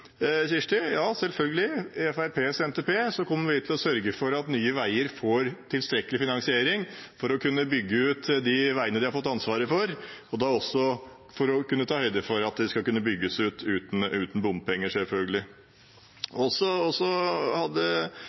Kirsti Leirtrø. Ja, selvfølgelig – i Fremskrittspartiets NTP kommer vi til å sørge for at Nye Veier får tilstrekkelig finansiering for å kunne bygge ut de veiene de har fått ansvaret for, og også for å kunne ta høyde for at de skal kunne bygges ut uten bompenger, selvfølgelig. Så hadde